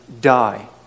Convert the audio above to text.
die